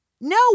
No